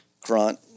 Grant